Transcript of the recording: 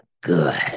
good